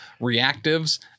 reactives